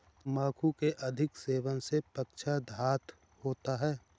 तंबाकू के अधिक सेवन से पक्षाघात होता है